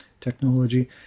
technology